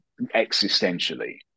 existentially